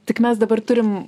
tik mes dabar turim